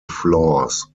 floors